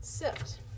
Sift